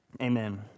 Amen